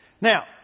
Now